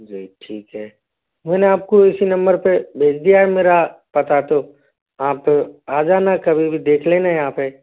जी ठीक है मैंने आप को इसी नंबर पर भेज दिया है मेरा पता तो आप आ जाना कभी भी देख लेना यहाँ पर